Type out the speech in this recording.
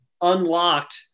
unlocked